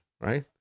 right